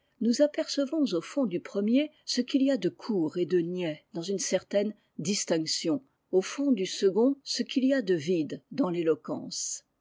nous apercevons au fond du premier ce qu'il y a de court et de niais dans une certaine distinction au fond du second ce qu'il y a de vide dans l'éloquence